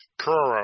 Kuro